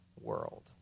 world